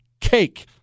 cake